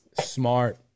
Smart